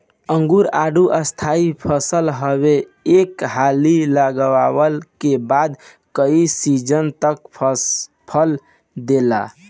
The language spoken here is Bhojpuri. अंगूर, आडू स्थाई फसल हवे एक हाली लगवला के बाद कई सीजन तक फल देला